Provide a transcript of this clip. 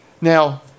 Now